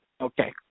Okay